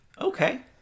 Okay